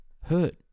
hurt